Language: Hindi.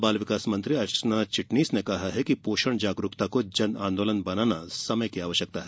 महिला बाल विकास मंत्री अर्चना चिटनिस ने कहा है कि पोषण जागरूकता को जन आंदोलन बनाना समय की आवश्यकता है